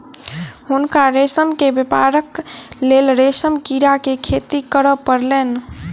हुनका रेशम के व्यापारक लेल रेशम कीड़ा के खेती करअ पड़लैन